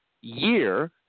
year